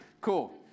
Cool